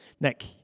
Nick